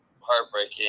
heartbreaking